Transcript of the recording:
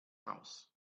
house